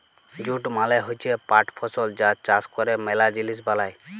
jute মালে হচ্যে পাট ফসল যার চাষ ক্যরে ম্যালা জিলিস বালাই